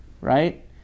right